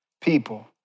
people